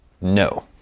No